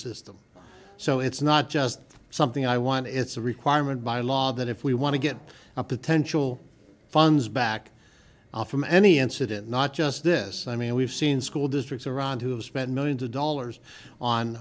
system so it's not just something i want it's a requirement by law that if we want to get a potential funds back off from any incident not just this i mean we've seen school districts around who have spent millions of dollars on